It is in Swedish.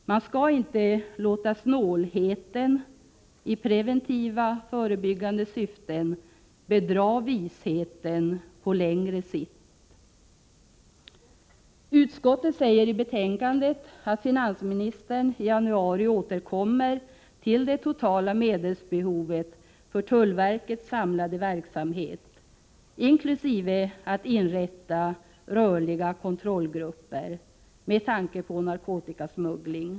Man skall inte låta snålheten i preventiva — förebyggande — syften bedra visheten på längre sikt. Utskottet säger i betänkandet att finansministern i januari återkommer till det totala medelsbehovet för tullverkets samlade verksamhet, inkl. inrättandet av rörliga kontrollgrupper med tanke på narkotikasmuggling.